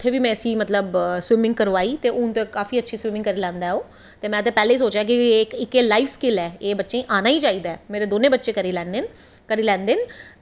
उत्थें बी में इसी स्विमिंग कराई हून ते काफी अच्छी स्विमिंग करी लैंदा ओह् ते में पैह्लें सोचेआ की एह् इक्क लाईफ स्किल ऐ एह् बच्चें ई आना गै चाहिदा ऐ मेरे दौनों बच्चे करी लैंदे न करी लैंदे न